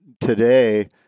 Today